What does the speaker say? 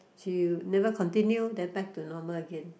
she never continue then back to normal again